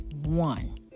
One